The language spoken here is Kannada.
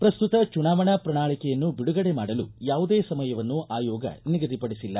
ಪ್ರಸ್ತುತ ಚುನಾವಣಾ ಪ್ರಣಾಳಿಕೆಯನ್ನು ಬಿಡುಗಡೆ ಮಾಡಲು ಯಾವುದೇ ಸಮಯವನ್ನು ಆಯೋಗ ನಿಗದಿ ಪಡಿಸಿಲ್ಲ